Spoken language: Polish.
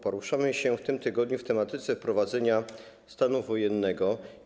Poruszamy się w tym tygodniu w tematyce wprowadzenia stanu wojennego.